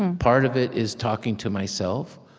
and part of it is talking to myself,